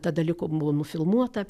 tada liko buvo nufilmuota